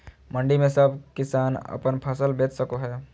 मंडी में सब किसान अपन फसल बेच सको है?